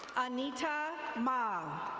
anita mao.